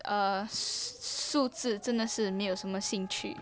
uh 数字真的是没有什么兴趣